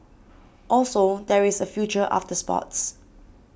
also there is a future after sports